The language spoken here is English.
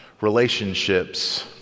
relationships